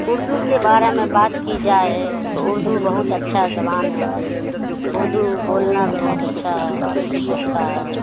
اردو کے بارے میں بات کی جائے تو اردو بہت اچھا زبان ہے اردو بولنا بھی بہت اچھا ہے لگتا ہے